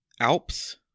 Alps